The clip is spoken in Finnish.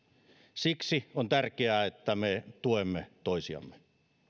siksi on tärkeää että me tuemme toisiamme